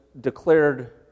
declared